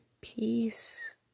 peace